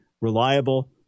reliable